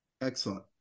Excellent